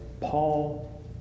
Paul